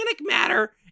matter